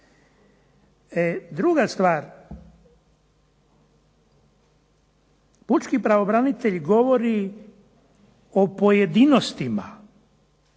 Druga stvar, pučki pravobranitelj govori o pojedinostima